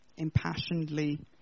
impassionedly